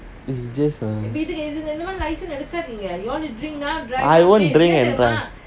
it's just uh I won't drink and drive